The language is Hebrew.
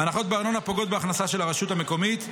הנחות בארנונה פוגעות בהכנסה של הרשות המקומית,